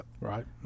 right